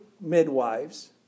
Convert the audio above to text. midwives